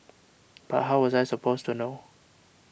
but how was I supposed to know